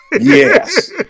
Yes